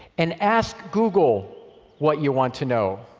and ask google what you want to know.